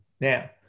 Now